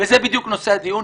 וזה בדיוק נושא הדיון.